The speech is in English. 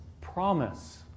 Promise